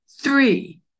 three